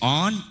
on